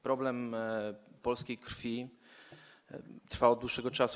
Problem polskiej krwi trwa od dłuższego czasu.